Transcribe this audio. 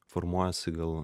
formuojasi gal